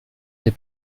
des